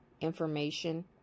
information